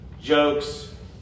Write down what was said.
jokes